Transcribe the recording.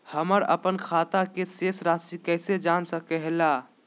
हमर अपन खाता के शेष रासि कैसे जान सके ला?